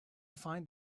find